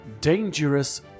dangerous